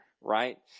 Right